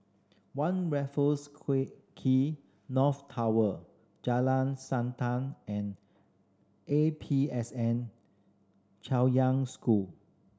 One Raffles Quay North Tower Jalan Siantan and A P S N Chaoyang School